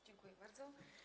Dziękuję bardzo.